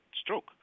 stroke